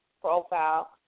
profile